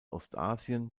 ostasien